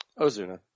Ozuna